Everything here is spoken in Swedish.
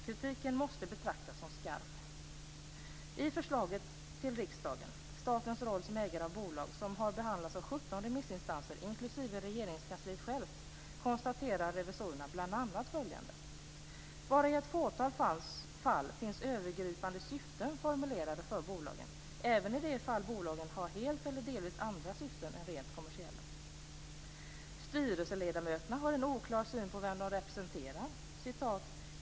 Kritiken måste betraktas som skarp. I förslaget till riksdagen, Statens roll som ägare av bolag, som har behandlats av 17 remissinstanser inklusive Regeringskansliet självt, konstaterar revisorerna bl.a. följande: Bara i ett fåtal fall finns övergripande syften formulerade för bolagen, även i de fall bolagen har helt eller delvis andra syften än rent kommersiella. Styrelseledamöterna har en oklar syn på vem de representerar.